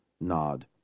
Nod